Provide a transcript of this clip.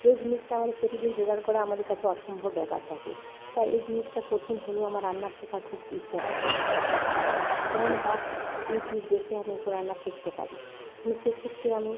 যেই জিনিসটা আমাদের প্রতিদিন জোগাড় করা আমাদের কাছে অসম্ভব ব্যাপার থাকে তাই এই জিনিসটা কঠিন হলেও আমার রান্না শেখার খুব ইচ্ছা থাকে ফোন বা ইউটিউব দেখে আমি এই সব রান্না শিখতে পারি কিন্তু সেক্ষেত্রে আমি